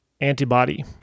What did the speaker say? Antibody